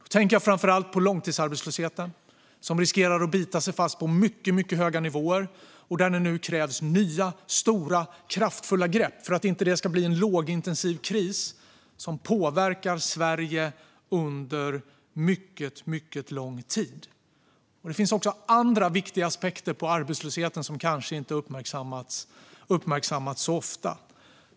Jag tänker framför allt på långtidsarbetslösheten, som riskerar att bita sig fast på mycket, mycket höga nivåer. Det krävs nu nya, stora och kraftfulla grepp för att detta inte ska bli en lågintensiv kris som påverkar Sverige under mycket lång tid. Det finns också andra viktiga aspekter på arbetslösheten som kanske inte har uppmärksammats så ofta.